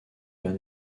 van